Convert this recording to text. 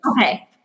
Okay